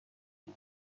شما